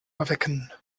erwecken